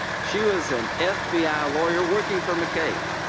she was an f b i. lawyer working for mccabe.